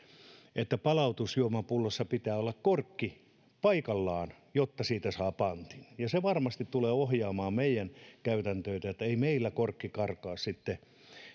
että palautusjuomapullossa pitää olla korkki paikallaan jotta siitä saa pantin se varmasti tulee ohjaamaan meidän käytänteitämme että ei meillä korkki karkaa sitten